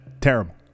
Terrible